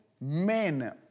men